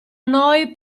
noi